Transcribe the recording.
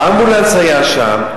האמבולנס היה שם,